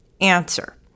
answer